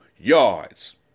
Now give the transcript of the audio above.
yards